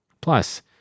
Plus